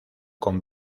con